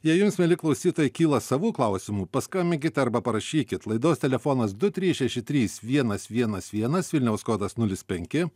jei jums mieli klausytojai kyla savų klausimų paskambinkit arba parašykit laidos telefonas du trys šeši trys vienas vienas vienas vilniaus kodas nulis penki